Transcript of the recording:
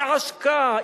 היא עשקה,